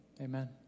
amen